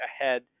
ahead